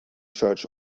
church